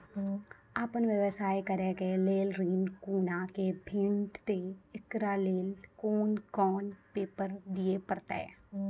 आपन व्यवसाय करै के लेल ऋण कुना के भेंटते एकरा लेल कौन कौन पेपर दिए परतै?